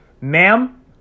ma'am